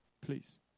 Please